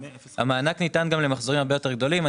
המענק ניתן גם למחזורים הרבה יותר גדולים.